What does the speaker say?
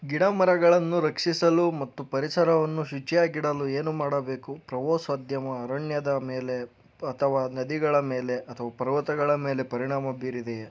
ಗಿಡ ಮರಗಳನ್ನು ರಕ್ಷಿಸಲು ಮತ್ತು ಪರಿಸರವನ್ನು ಶುಚಿಯಾಗಿಡಲು ಏನು ಮಾಡಬೇಕು ಪ್ರವಾಸೋದ್ಯಮ ಅರಣ್ಯದ ಮೇಲೆ ಅಥವಾ ನದಿಗಳ ಮೇಲೆ ಅಥವಾ ಪರ್ವತಗಳ ಮೇಲೆ ಪರಿಣಾಮ ಬೀರಿದೆಯೆ